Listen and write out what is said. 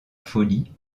folie